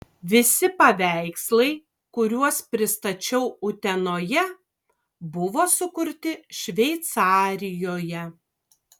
visi paveikslai kuriuos pristačiau utenoje buvo sukurti šveicarijoje